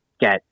get